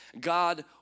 God